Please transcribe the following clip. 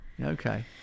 Okay